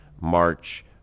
March